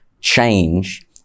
change